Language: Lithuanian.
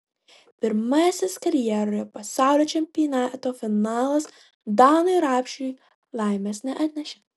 pirmasis karjeroje pasaulio čempionato finalas danui rapšiui laimės neatnešė